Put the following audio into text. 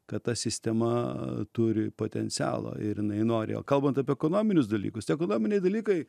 kad ta sistema turi potencialą ir jinai nori o kalbant apie ekonominius dalykus tie ekonominiai dalykai